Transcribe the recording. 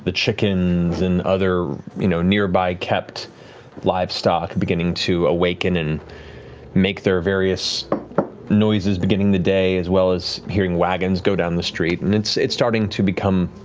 chickens and other you know nearby kept livestock beginning to awaken and make their various noises beginning the day, as well as hearing wagons go down the street. and it's it's starting to become,